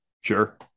Sure